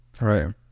right